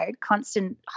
constant